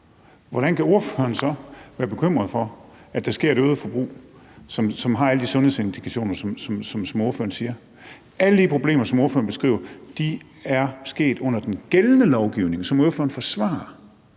Hvordan kan ordføreren så være bekymret for, at der sker et øget forbrug, som har alle de sundhedsproblemer, som ordføreren nævner? Alle de problemer, som ordføreren beskriver, er opstået under den gældende lovgivning, som ordføreren forsvarer.